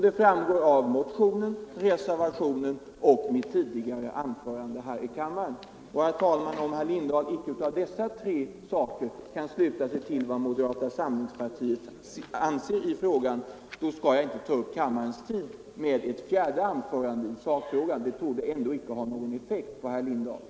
Det framgår av motionen, reservationen och mitt tidigare anförande här i kammaren. Om herr Lindahl inte av dessa tre saker kan sluta sig till vad moderata samlingspartiet anser i frågan skall jag, herr talman, inte ta upp kammarens tid med ett fjärde anförande i sakfrågan. Det torde ändå inte ha någon effekt på herr Lindahl.